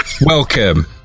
Welcome